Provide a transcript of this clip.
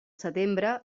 setembre